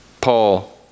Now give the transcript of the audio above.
Paul